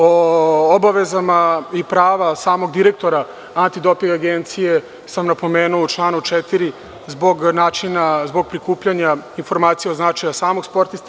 O obavezama i pravima samog direktora Antidoping agencije sam napomenuo u članu 4, zbog prikupljanja informacija od značaja samog sportiste.